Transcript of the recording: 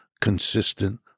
consistent